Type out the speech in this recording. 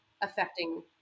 affecting